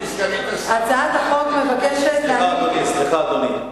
גברתי סגנית השר, את מדברת על שני דברים.